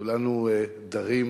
כולנו דרים